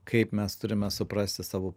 kaip mes turime suprasti savo